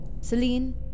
Celine